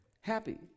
happy